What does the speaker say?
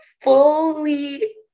fully